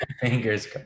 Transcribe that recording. fingers